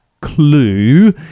clue